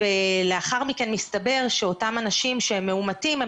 ולאחר מכן מסתבר שאותם אנשים שמאומתים הם